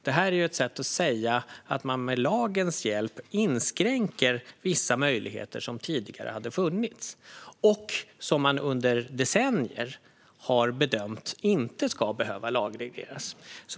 Det är ett sätt att säga att man med lagens hjälp inskränker vissa möjligheter som tidigare har funnits, och som man under decennier har bedömt inte ska behöva lagregleras.